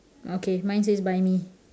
okay mine says buy me